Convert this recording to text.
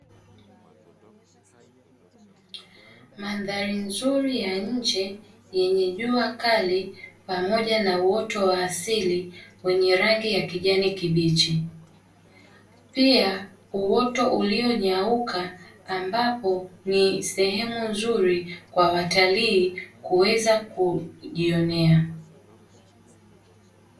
Mandhari nzuri ya nje yenye jua kali pamoja na uoto wa asili wenye rangi ya kijani kibichi, pia uoto ulionyauka ambapo ni sehemu nzuri kwa watalii kuweza kujionea.